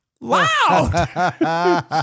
Loud